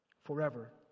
forever